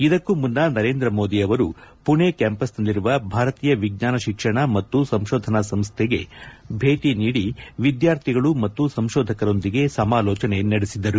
ಇದಕ್ಕೂ ಮುನ್ನ ನರೇಂದ್ರ ಮೋದಿ ಅವರು ಪುಣೆ ಕ್ಲಾಂಪಸ್ನಲ್ಲಿರುವ ಭಾರತೀಯ ವಿಜ್ಞಾನ ಶಿಕ್ಷಣ ಮತ್ತು ಸಂಶೋಧನಾ ಸಂಶೋಧನಾ ಸಂಶೋಧನಾ ನೀಡಿ ವಿದ್ಯಾರ್ಥಿಗಳು ಮತ್ತು ಸಂಶೋಧಕರೊಂದಿಗೆ ಸಮಾಲೋಚನೆ ನಡೆಸಿದರು